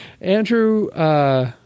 Andrew